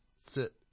sit